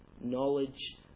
knowledge